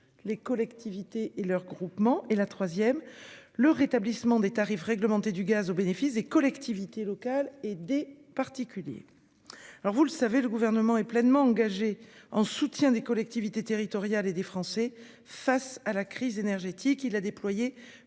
les collectivités et leurs groupements et la troisième le rétablissement des tarifs réglementés du gaz au bénéfice des collectivités locales et des particuliers. Alors vous le savez, le gouvernement est pleinement engagée en soutien des collectivités territoriales et des Français face à la crise énergétique. Il a déployé